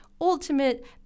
ultimate